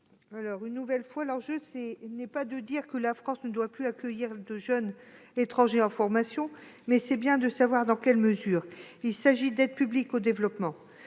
Une nouvelle fois, l'enjeu est non pas de dire que la France ne doit plus accueillir de jeunes étrangers en formation, mais de savoir dans quelle mesure il s'agit d'aide publique au développement.